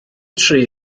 tri